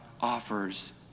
offers